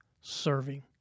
serving